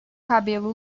cabelo